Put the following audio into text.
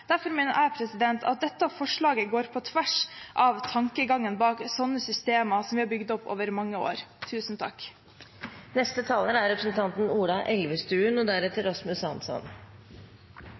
Derfor mener jeg at dette forslaget går på tvers av tankegangen bak sånne systemer som vi har bygd opp over mange år. Bare et par kommentarer til slutt, først til Rasmus Hansson: Selvfølgelig er